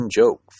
joke